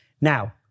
Now